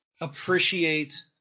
appreciate